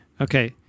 Okay